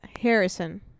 Harrison